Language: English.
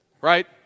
right